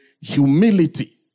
humility